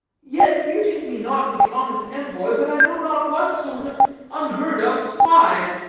yet you take me not for the honest envoy, but i know not what sort of unheard-of spy.